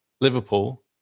Liverpool